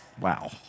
Wow